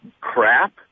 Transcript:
crap